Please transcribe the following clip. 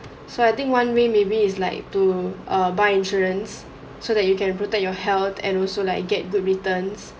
so I think one way maybe is like to err buy insurance so that you can protect your health and also like get good returns